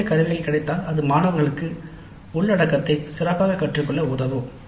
தொடர்புடைய கருவிகள் கிடைத்தால் அது மாணவர்களுக்கு உள்ளடக்கத்தை சிறப்பாகக் கற்றுக்கொள்ள உதவும்